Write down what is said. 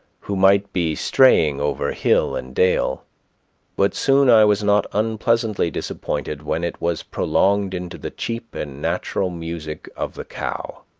who might be straying over hill and dale but soon i was not unpleasantly disappointed when it was prolonged into the cheap and natural music of the cow.